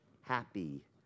happy